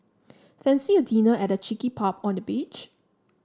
fancy a dinner at a cheeky pub on the beach